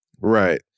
Right